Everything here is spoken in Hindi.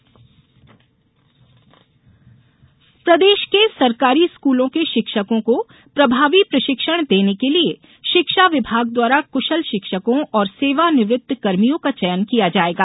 शिक्षक प्रशिक्षण प्रदेश के सरकारी स्कूलों के शिक्षकों को प्रभावी प्रशिक्षण देने के लिये शिक्षा विभाग द्वारा कुशल शिक्षकों और सेवा निवृत्त कर्मियों का चयन किया जाएगा